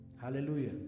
Hallelujah